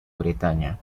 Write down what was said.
bretaña